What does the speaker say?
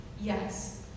Yes